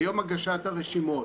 ביום הגשת הרשימות